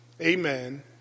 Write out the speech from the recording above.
Amen